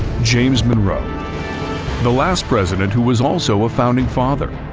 james monroe the last president who was also a founding father.